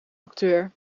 acteur